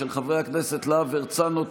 של חברי הכנסת להב הרצנו,